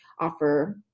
offer